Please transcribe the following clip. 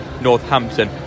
Northampton